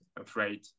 afraid